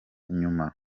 nyuma